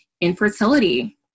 infertility